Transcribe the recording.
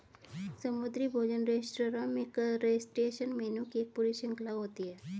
समुद्री भोजन रेस्तरां में क्रस्टेशियन मेनू की एक पूरी श्रृंखला होती है